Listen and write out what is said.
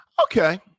Okay